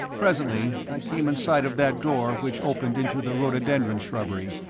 presently i came in sight of that door which opened into the rhododendron shrubbery,